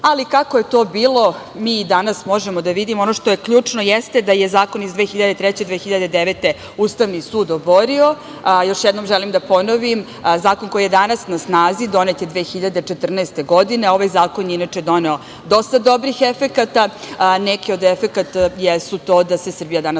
kako je to bilo, mi i danas možemo da vidimo. Ono što je ključno jeste da je Zakon iz 2003. godine 2009. Ustavni sud oborio. Još jednom želim da ponovim, zakon koji je danas na snazi donet je 2014. godine, a ovaj zakon je, inače, doneo dosta dobrih efekata. Neki od efekata jesu to da se Srbija danas nalazi